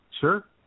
sure